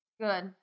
Good